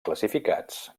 classificats